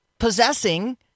Possessing